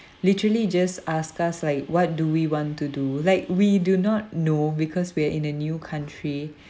literally just ask us like what do we want to do like we do not know because we're in a new country